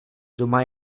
doma